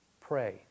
pray